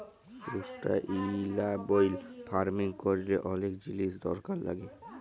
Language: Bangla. সুস্টাইলাবল ফার্মিং ক্যরলে অলেক জিলিস দরকার লাগ্যে